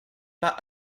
pas